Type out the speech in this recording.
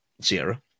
Sierra